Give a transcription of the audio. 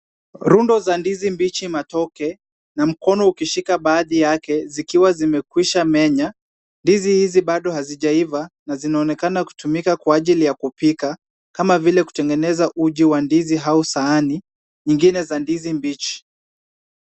Rundo za ndizi mbichi matoke na mkono ukishika baadhi yake zikiwa zimekwisha menywa. Ndizi hizi bado hazijaiva na zinaonekana kutumika kwa ajili ya kupika, kama vile kutengeneza uji wa ndizi au sahani nyingine za ndizi mbichi.